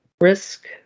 risk